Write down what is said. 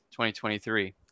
2023